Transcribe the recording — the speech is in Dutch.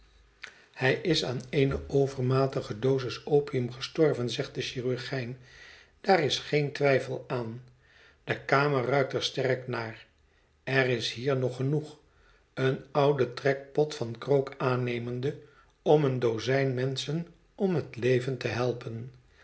hij is aan eene overmatige dosis opium gestorven zegt de chirurgijn daar is geen twijfel aan de kamer ruikt er sterk naar er is hiernog genoeg een ouden trekpot van krook aannemende om een dozijn menschen om het leven te helpen